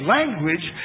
language